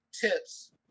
tips